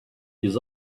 his